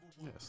Yes